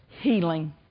Healing